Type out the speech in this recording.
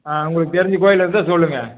ஆ உங்களுக்கு தெரிஞ்ச கோயில் இருந்தால் சொல்லுங்கள்